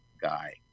guy